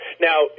Now